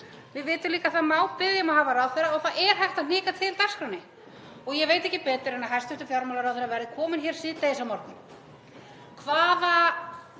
Við vitum líka að það má biðja um að hafa ráðherra og það er hægt að hnika til dagskránni. Ég veit ekki betur en að hæstv. fjármálaráðherra verði kominn hér síðdegis á morgun. Hvaða